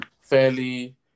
fairly